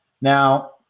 Now